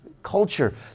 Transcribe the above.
culture